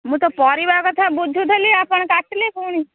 ମୁଁ ତ ପରିବା କଥା ବୁଝୁଥିଲି ଆପଣ ପୁଣି